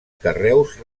carreus